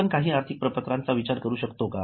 आपण काही आर्थिक प्रपत्रांचा विचार करू शकतो का